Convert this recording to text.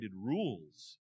rules